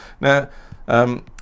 Now